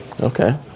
Okay